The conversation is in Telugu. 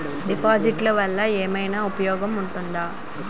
డిపాజిట్లు వల్ల ఏమైనా ఉపయోగం ఉందా?